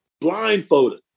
blindfolded